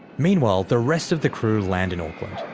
meanwhile, the rest of the crew land in auckland,